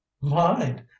mind